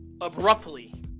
Abruptly